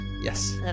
Yes